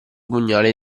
pugnale